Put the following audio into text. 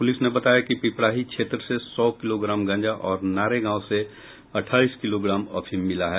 police ने बताया कि पिपराही क्षेत्र से सौ किलोग्राम गांज और नारे गांव से अठाईस किलोग्राम अफीम मिला है